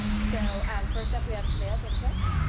so first up we have camille vanquist.